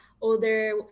older